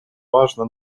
важно